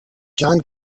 john